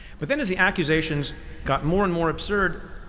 but then as the accusations got more and more absurd,